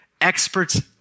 experts